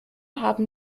haben